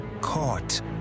Caught